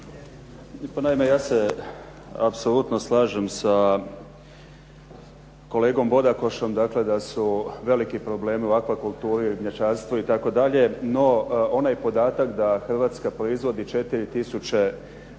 Naime, ja se apsolutno slažem sa kolegom Bodakošom, dakle da su veliki problemi u aqua kulturi i ribnjačarstvu itd. No, onaj podatak da Hrvatska proizvodi 4 tisuće tona,